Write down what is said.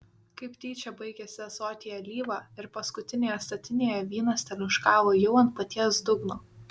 kaip tyčia baigėsi ąsotyje alyva ir paskutinėje statinėje vynas teliūškavo jau ant paties dugno